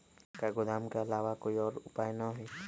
का गोदाम के आलावा कोई और उपाय न ह?